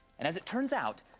and as it turns out,